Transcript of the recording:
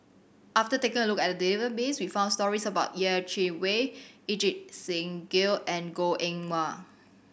after taking a look at the database we found stories about Yeh Chi Wei Ajit Singh Gill and Goh Eng Wah